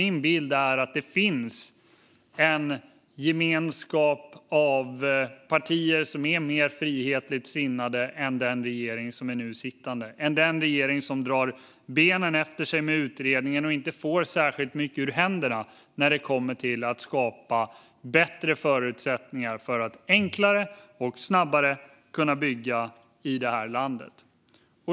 Min bild är nämligen att det finns en gemenskap av partier som är mer frihetligt sinnade än den nu sittande regeringen - den regering som drar benen efter sig med utredningen och inte får särskilt mycket ur händerna när det kommer till att skapa bättre förutsättningar för att enklare och snabbare kunna bygga i det här landet.